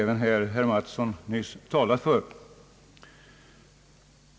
Herr Mattsson har nyss talat för denna reservation.